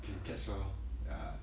can catch lor ya